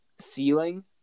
ceiling